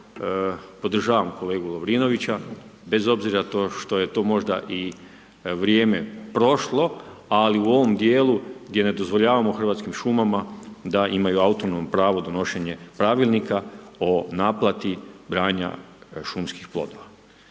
podržavam kolegu Lovrinovića bez obzira to što je to možda i vrijeme prošlo, ali u ovom dijelu gdje ne dozvoljavamo Hrvatskim šumama da imaju autonomno pravo donošenje pravilnika o naplati branja šumskih plodova.